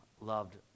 loved